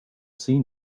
seen